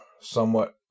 somewhat